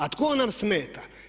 A tko nam smeta?